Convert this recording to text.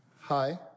Hi